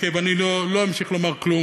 ואני לא אמשיך לומר כלום.